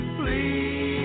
please